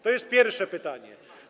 To jest pierwsze pytanie.